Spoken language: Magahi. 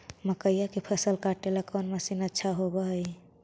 मकइया के फसल काटेला कौन मशीन अच्छा होव हई?